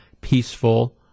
peaceful